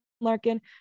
Larkin